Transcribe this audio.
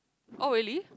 oh really